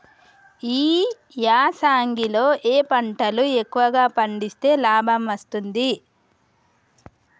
ఈ యాసంగి లో ఏ పంటలు ఎక్కువగా పండిస్తే లాభం వస్తుంది?